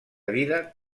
vida